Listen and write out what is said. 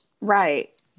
right